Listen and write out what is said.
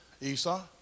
Esau